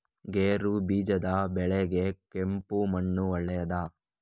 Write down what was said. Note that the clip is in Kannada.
ಗೇರುಬೀಜದ ಬೆಳೆಗೆ ಕೆಂಪು ಮಣ್ಣು ಒಳ್ಳೆಯದಾ?